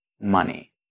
money